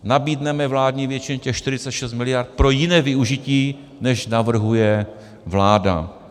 Nabídneme vládní většině těch 46 mld. pro jiné využití, než navrhuje vláda.